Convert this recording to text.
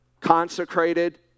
consecrated